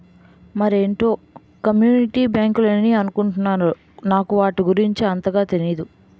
మరేటో కమ్యూనిటీ బ్యాంకులని అనుకుంటున్నారు నాకు వాటి గురించి అంతగా తెనీదు